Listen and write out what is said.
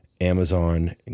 Amazon